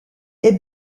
est